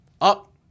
up